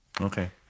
Okay